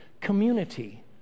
community